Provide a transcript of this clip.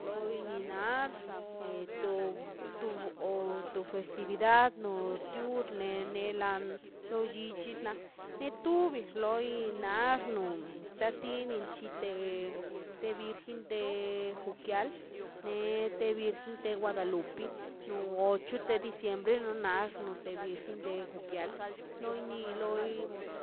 Loi ni nax to to tob festividad no nurne ne lan lo llichi na netu nix loi nax no tetini chi te te virgen te juquial te virgen te guadalupi no ocho de diciembre no nax no te virgen de juquial loi ni loi